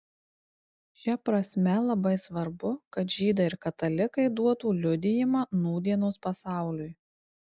šia prasme labai svarbu kad žydai ir katalikai duotų liudijimą nūdienos pasauliui